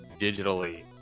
digitally